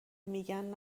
میگن